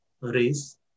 race